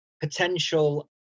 potential